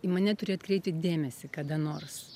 į mane turi atkreipti dėmesį kada nors